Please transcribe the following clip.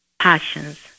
Passions